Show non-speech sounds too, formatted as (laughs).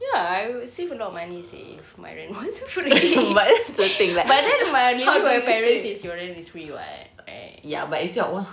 ya I would save a lot of money seh if my rent was free (laughs) but then by living with your parents is your rent is free [what] right